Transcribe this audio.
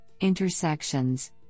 intersections